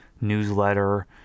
newsletter